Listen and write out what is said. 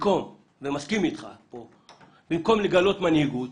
במקום לגלות מנהיגות